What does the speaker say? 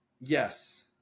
yes